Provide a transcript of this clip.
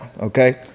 okay